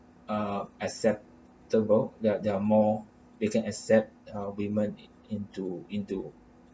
ah acceptable that there are more they can accept uh women it into into